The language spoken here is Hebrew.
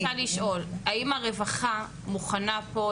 לכן אני רוצה לשאול: האם הרווחה מוכנה פה,